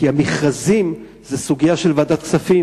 כי המכרזים זה סוגיה של ועדת כספים,